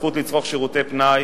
הזכות לצרוך שירותי פנאי,